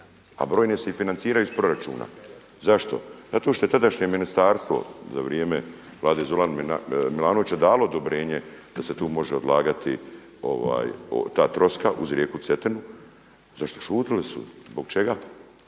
a brojne se i financiraju iz proračuna. Zašto? Zato što je tadašnje ministarstvo za vrijeme Vlade Zorana Milanovića dalo odobrenje da se tu može odlagati ta troska uz rijeku Cetinu. Zašto šutjeli su, zbog čega?